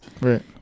Right